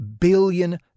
billion